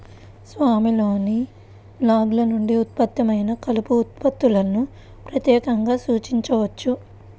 స్వామిలోని లాగ్ల నుండి ఉత్పన్నమైన కలప ఉత్పత్తులను ప్రత్యేకంగా సూచించవచ్చు